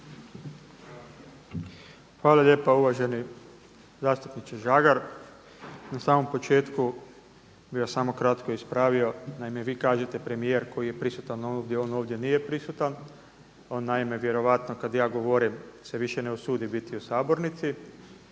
Hvala lijepa. Uvaženi zastupniče Žagar na samom početku bi vas samo kratko ispravio. Naime, vi kažete premijer koji je prisutan ovdje. On ovdje nije prisutan. On naime vjerojatno kada ja govorim se više ne usudi biti u sabornici.